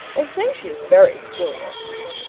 they say she is very peculiar.